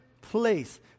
place